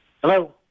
hello